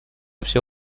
всё